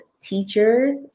teachers